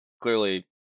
clearly